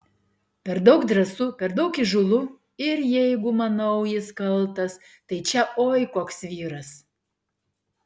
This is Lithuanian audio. per daug drąsu per daug įžūlu ir jeigu manau jis kaltas tai čia oi koks vyras